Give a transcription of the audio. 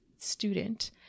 student